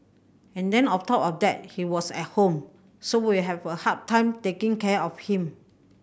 and then of top of that he was at home so we have a hard time taking care of him